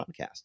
podcast